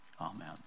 Amen